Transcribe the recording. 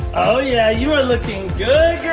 oh yeah, you are looking good,